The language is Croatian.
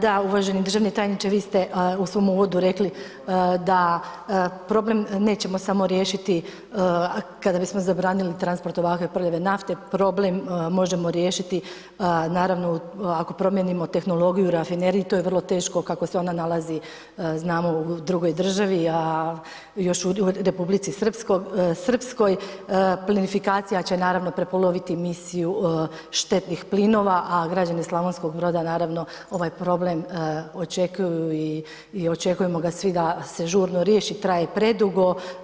Da, uvaženi državni tajniče vi ste u svom uvodu rekli da problem nećemo samo riješiti kada bismo zabranili transport ovakve prljave nafte, problem možemo riješiti naravno ako promijenimo tehnologiju u rafineriji, to je vrlo teško kako se ona nalazi znamo u drugoj državi a još u Republici Srpskoj plinofikacija će naravno prepoloviti misiju štetnih plinova a građani Slavonskog Broda naravno ovaj problem očekuju i očekujemo ga svi da se žurno riješi, traje predugo.